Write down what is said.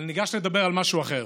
אבל ניגש לדבר על משהו אחר: